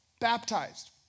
baptized